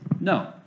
No